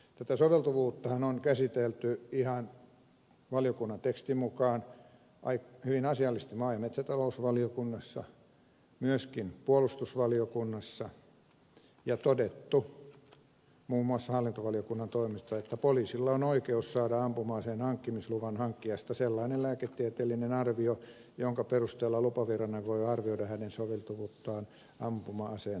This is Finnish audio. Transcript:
tätä soveltuvuuttahan on käsitelty ihan valiokunnan tekstin mukaan hyvin asiallisesti maa ja metsätalousvaliokunnassa myöskin puolustusvaliokunnassa ja todettu muun muassa hallintovaliokunnan toimesta että poliisilla on oikeus saada ampuma aseen hankkimisluvan hankkijasta sellainen lääketieteellinen arvio jonka perusteella lupaviranomainen voi arvioida hänen soveltuvuuttaan ampuma aseen hallussa pitämiseen